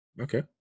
Okay